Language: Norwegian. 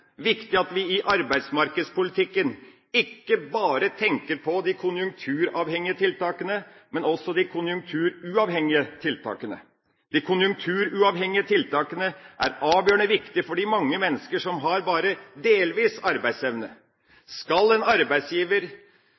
viktig at vi i arbeidsmarkedspolitikken ikke bare tenker på de konjunkturavhengige tiltakene, men også de konjunkturuavhengige tiltakene. De konjunkturuavhengige tiltakene er avgjørende viktige for de mange mennesker som har bare delvis arbeidsevne. Skal en arbeidsgiver